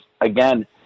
again